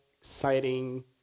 exciting